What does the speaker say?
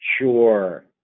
sure